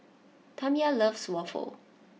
Tamya loves Waffle